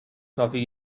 کافی